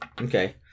Okay